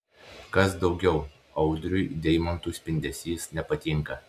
kas daugiau audriui deimantų spindesys nepatinka